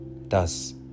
Thus